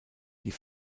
die